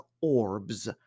orbs